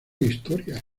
historia